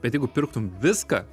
bet jeigu pirktum viską